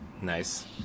nice